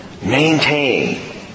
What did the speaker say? Maintain